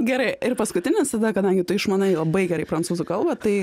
gerai ir paskutinis tada kadangi tu išmanai labai gerai prancūzų kalba tai